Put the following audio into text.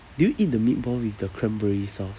did you eat the meatball with the cranberry sauce